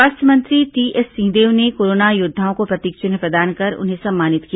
स्वास्थ्य मंत्री टीएस सिंहदेव ने कोरोना योद्वाओं को प्रतीक चिन्ह प्रदान कर उन्हें सम्मानित किया